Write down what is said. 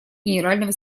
генерального